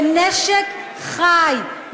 בנשק חי,